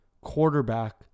quarterback